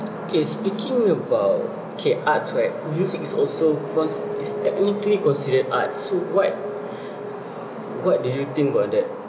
okay speaking about okay arts right music is also cause is technically considered arts so what what do you think about that